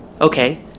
Okay